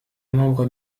membres